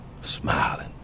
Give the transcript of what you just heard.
Smiling